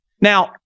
Now